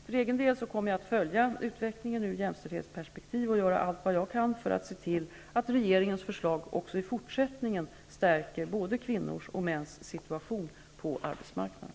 För egen del kommer jag att följa utvecklingen ur jämställdhetsperspektiv och göra allt vad jag kan för att se till att regeringens förslag också i fortsättningen stärker både kvinnors och mäns situation på arbetsmarknaden.